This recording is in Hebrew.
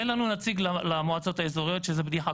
אין לנו נציג, למועצות האזוריות, שזו בדיחה.